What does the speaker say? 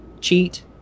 cheat